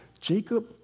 Jacob